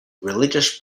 religious